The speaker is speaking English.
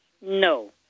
No